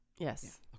yes